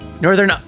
Northern